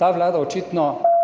ta Vlada očitno